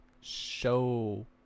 show